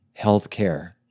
Healthcare